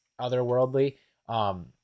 otherworldly